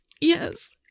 yes